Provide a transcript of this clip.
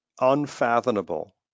unfathomable